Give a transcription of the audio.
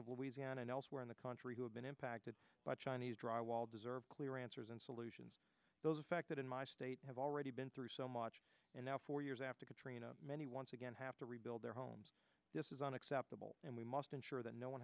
of louisiana and elsewhere in the country who have been impacted by chinese drywall deserve clear answers and solutions those affected in my state have already been through so much and now four years after katrina many once again have to rebuild their homes this is unacceptable and we must ensure that no one